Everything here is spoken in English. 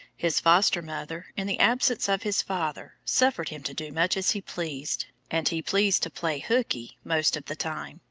his foster-mother, in the absence of his father, suffered him to do much as he pleased, and he pleased to play hookey most of the time,